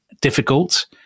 difficult